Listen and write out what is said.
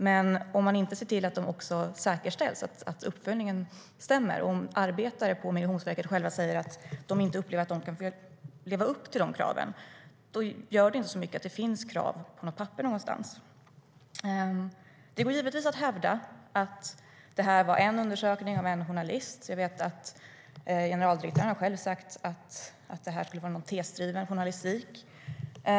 Men om man inte ser till att de också säkerställs och att uppföljningen stämmer och om medarbetare på Migrationsverket själva säger att de inte upplever att de kan leva upp till kraven gör det varken till eller från att det finns krav på något papper någonstans. undersökning av en journalist. Generaldirektören har själv sagt att detta skulle vara något slags tesdriven journalistik.